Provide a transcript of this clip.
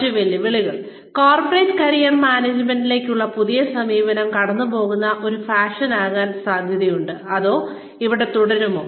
മറ്റ് വെല്ലുവിളികൾ corporate career മാനേജ്മെന്റിലേക്കുള്ള പുതിയ സമീപനം കടന്നുപോകുന്ന ഒരു ഫാഷനാകാൻ സാധ്യതയുണ്ട് അതോ ഇവിടെ തുടരുമോ